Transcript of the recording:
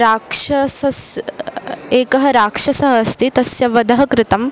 राक्षसः एकः राक्षसः अस्ति तस्य वधा कृतम्